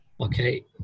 okay